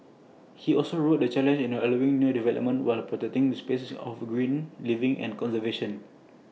he also wrote the challenge in allowing new development while protecting spaces of green living and conservation